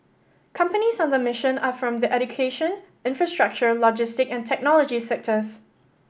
companies on the mission are from the education infrastructure logistic and technology sectors